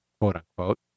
quote-unquote